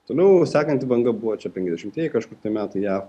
toliau sekanti banga buvo čia penkiasdešimtieji kažkur tai metai jav